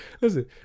listen